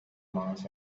mass